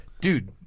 Dude